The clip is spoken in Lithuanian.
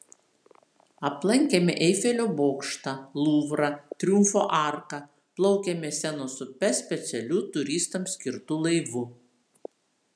aplankėme eifelio bokštą luvrą triumfo arką plaukėme senos upe specialiu turistams skirtu laivu